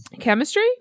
Chemistry